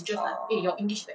uh